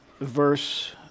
verse